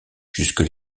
jusque